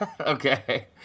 Okay